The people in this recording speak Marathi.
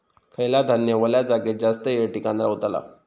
खयला धान्य वल्या जागेत जास्त येळ टिकान रवतला?